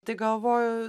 tai galvoju